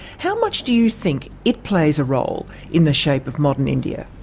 how much do you think it plays a role in the shape of modern india?